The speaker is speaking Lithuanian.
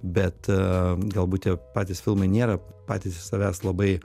bet galbūt tie patys filmai nėra patys iš savęs labai